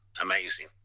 amazing